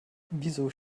wieso